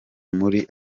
muri